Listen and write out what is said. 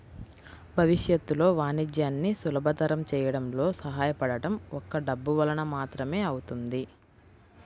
భవిష్యత్తులో వాణిజ్యాన్ని సులభతరం చేయడంలో సహాయపడటం ఒక్క డబ్బు వలన మాత్రమే అవుతుంది